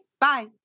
Bye